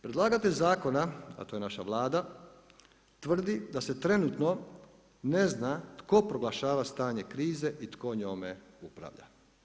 Predlagatelj zakona, a to je naša Vlada, tvrdi da se trenutno ne zna tko proglašava stanje krize i tko njome upravlja.